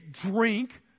drink